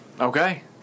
Okay